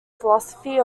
philosophy